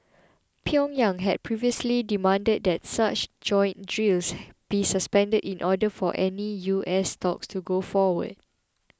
Pyongyang had previously demanded that such joint drills be suspended in order for any U S talks to go forward